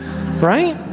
right